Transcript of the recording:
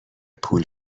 پول